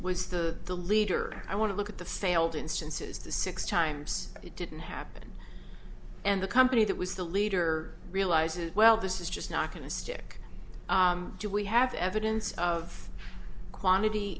was the the leader i want to look at the failed instances the six times it didn't happen and the company that was the leader realizes well this is just not going to stick do we have evidence of quantity